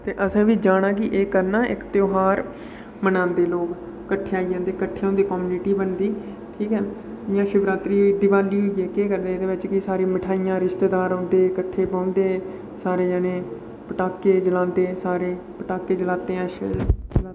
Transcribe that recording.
ते असें बी जाना एह् करना इक ध्यार मनांदे लोग कट्ठे आई जंदे कट्ठे होंदे कम्यूनिटी बनदी ठीक ऐ में शिवरात्रि दिवाली जेह्के कन्नै एह्दे बिच कि सारी मठाइयां रिश्तेदार औंदे कट्ठे बौंह्दे सारे जनें पटाके जलांदे सारे पटाके जलांदे शैल जलांदे